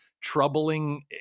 troubling